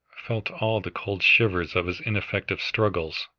felt all the cold shivers of his ineffective struggles.